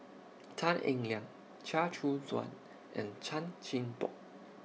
Tan Eng Liang Chia Choo Suan and Chan Chin Bock